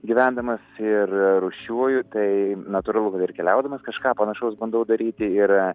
gyvendamas ir rūšiuoju tai natūralu ir keliaudamas kažką panašaus bandau daryti ir